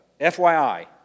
FYI